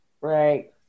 Right